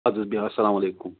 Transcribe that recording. اَدٕ حظ بیٚہہ السلام علیکُم